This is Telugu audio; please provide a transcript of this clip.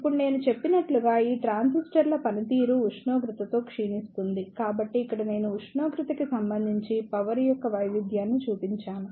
ఇప్పుడునేను చెప్పినట్లు ఈ ట్రాన్సిస్టర్ల పనితీరు ఉష్ణోగ్రత తో క్షీణిస్తుంది కాబట్టి ఇక్కడ నేను ఉష్ణోగ్రత కి సంబంధించి పవర్ యొక్క వైవిధ్యాన్ని చూపించాను